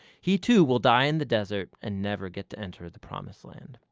he too will die in the desert and never get to enter the promised land.